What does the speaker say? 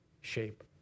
shape